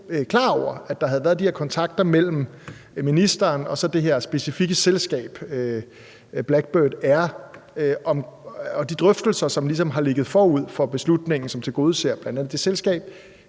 klar over, at der havde været de her kontakter mellem ministeren og så det her specifikke selskab, Blackbird Air, og at der havde været de drøftelser, som ligesom har ligget forud for beslutningen, som tilgodeser bl.a. det selskab.